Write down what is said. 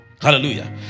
Hallelujah